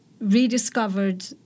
rediscovered